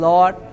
Lord